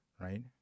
right